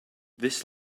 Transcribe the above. this